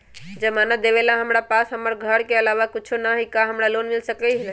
जमानत देवेला हमरा पास हमर घर के अलावा कुछो न ही का हमरा लोन मिल सकई ह?